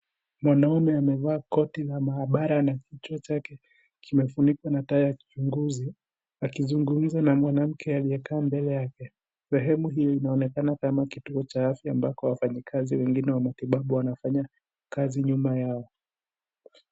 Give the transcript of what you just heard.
Mwanaume amevaa koti la maabara na kichwa chake kimefunikwa na taa ya kuchunguza akizungumza na mwanamke aliyekaa mbele yake . Sehemu hiyo inaonekana kama kituo cha afya ambako wafanyikazi wengine wa matibabu wanafanya kazi nyuma yao.